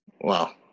wow